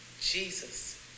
Jesus